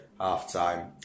half-time